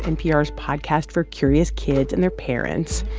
npr's podcast for curious kids and their parents.